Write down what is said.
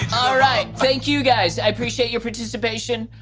thank you, guys. i appreciate your participation.